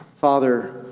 Father